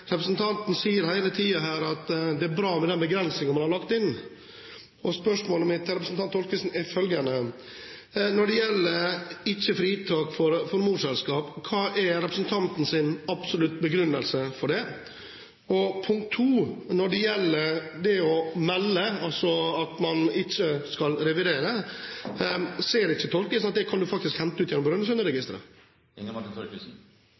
Representanten sier hele tiden at det er bra med de begrensningene man har lagt inn. Jeg har noen spørsmål til representanten Thorkildsen: Når det gjelder ikke-fritak for morselskap, hva er representantens absolutte begrunnelse for det? Så når det gjelder det å melde at man ikke skal revidere: Ser ikke Thorkildsen at det kan man faktisk hente ut gjennom Brønnøysundregistrene? For det første har ikke SV for vane å skrive særmerknader. Hvis Fremskrittspartiet noen gang skulle komme i regjering – noe jeg